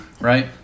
right